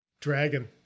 Dragon